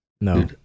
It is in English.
No